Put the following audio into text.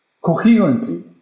coherently